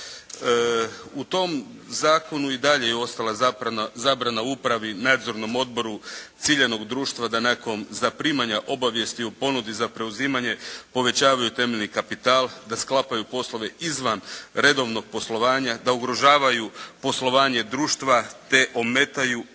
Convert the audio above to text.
U tom zakonu i dalje je ostala zabrana upravi, nadzornom odboru ciljanog društva da nakon zaprimanja obavijesti o ponudi za preuzimanje povećavaju temeljni kapital da sklapaju poslove izvan redovnog poslovanja, da ugrožavaju poslovanje društva te ometaju ili